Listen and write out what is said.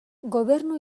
gobernu